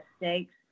mistakes